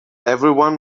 everyone